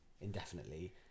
indefinitely